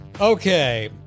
Okay